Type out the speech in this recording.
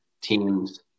teams –